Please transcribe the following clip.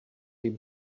him